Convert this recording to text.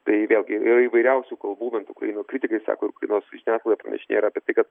tai vėlgi yra įvairiausių kalbų bent ukrainų kritikai sako jog ir nors žiniasklaida pranešinėja apie tai kad